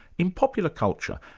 in popular culture,